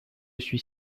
suis